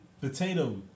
potato